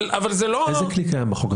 איזה כלי קיים בחוק?